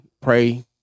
Pray